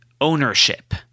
ownership